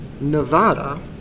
Nevada